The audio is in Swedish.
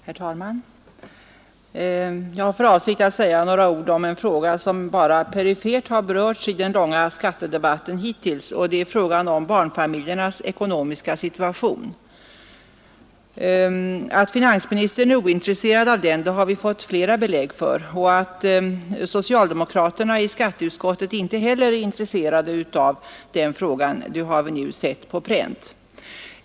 Herr talman! Jag har för avsikt att säga några ord om en fråga som hittills bara perifert har berörts i den långa skattedebatten, och det är frågan om barnfamiljernas ekonomiska situation. Att finansministern är ointresserad av den frågan har vi fått flera belägg för och att socialdemokraterna i skatteutskottet inte heller är intresserade av den har vi nu sett på pränt.